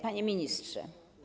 Panie Ministrze!